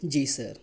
جی سر